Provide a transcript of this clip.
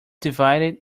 divided